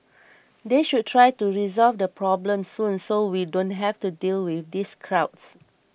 they should try to resolve the problem soon so we don't have to deal with these crowds